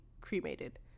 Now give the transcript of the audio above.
cremated